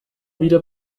wieder